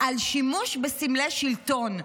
על שימוש בסמלי שלטון.